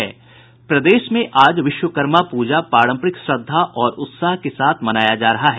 प्रदेश में आज विश्वकर्मा पूजा पारंपरिक श्रद्धा और उत्साह के साथ मनाया जा रहा है